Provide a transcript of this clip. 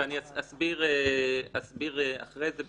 רשמתי ואני אסביר אחרי זה.